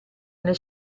nel